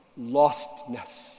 lostness